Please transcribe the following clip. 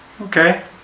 Okay